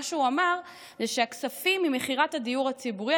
מה שהוא אמר זה שהכספים ממכירת הדיור הציבורי,